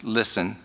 listen